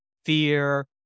Fear